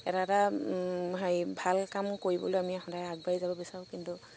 এটা এটা হেৰি ভাল কাম কৰিবলৈ আমি সদায় আগবাঢ়ি যাব বিচাৰো কিন্তু